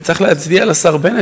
וצריך להצדיע לשר בנט,